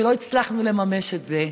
שלא הצלחנו לממש את זה,